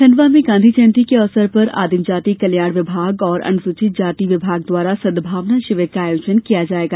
खण्डवा में गांधी जयंती के अवसर पर आदिम जाति कल्याण विभाग एवं अनुसूचित जाति विभाग द्वारा सद्भावना शिविर का आयोजन आज किया जायेगा